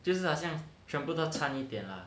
就是好像全部都参一点啦